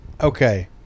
okay